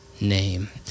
name